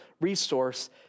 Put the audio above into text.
resource